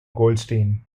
goldstein